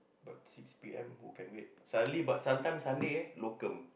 but six P_M who can wait suddenly but sometime Sunday eh locum